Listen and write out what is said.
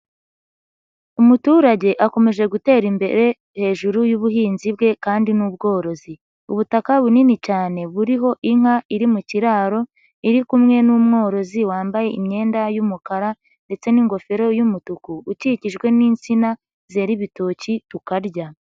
umuturage akomeje gutera imbere hejuru y'ubuhinzi bwe kandi n'ubworozi. Ubutaka bunini cyane buriho inka iri mu kiraro iri kumwe n'umworozi wambaye imyenda y'umukara ndetse n'ingofero y'umutuku ukikijwe n'insina zera ibitoki tukarya.